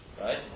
right